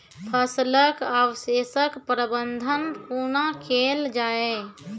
फसलक अवशेषक प्रबंधन कूना केल जाये?